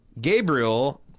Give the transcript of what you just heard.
gabriel